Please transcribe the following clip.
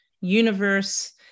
universe